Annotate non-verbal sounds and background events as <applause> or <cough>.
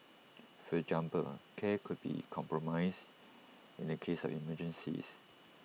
for <unintelligible> care could be compromised in the case of emergencies